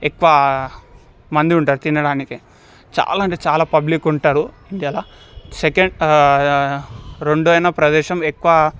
ఎక్కువ మంది ఉంటారు తినడానికి చాలా అంటే చాలా పబ్లిక్ ఉంటరు ఇండియాలో సెకండ్ రెండో అయిన ప్రదేశం ఎక్కువ